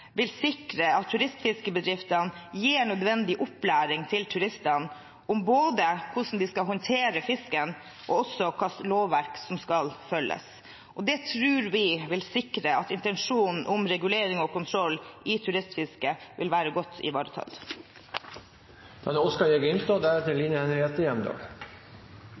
vil sikre at turistfiskebedriftene gir turistene nødvendig opplæring i både hvordan de skal håndtere fisken – og også hvilket lovverk som skal følges. Det tror vi vil sikre at intensjonen om regulering og kontroll i turistfisket vil være godt ivaretatt. Turistfiskenæringa er i dag lite regulert, og forvaltninga manglar påliteleg kunnskap om det